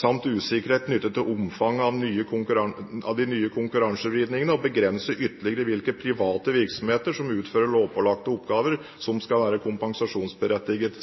samt usikkerhet knyttet til omfanget av de nye konkurransevridningene, å begrense ytterligere hvilke private virksomheter som utfører lovpålagte oppgaver som skal være kompensasjonsberettiget.»